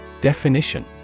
Definition